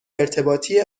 ارتباطی